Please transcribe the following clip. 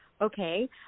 Okay